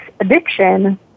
addiction